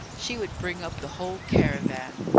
she would bring up the whole caravan.